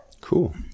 Cool